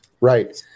Right